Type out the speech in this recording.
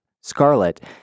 scarlet